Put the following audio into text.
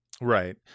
Right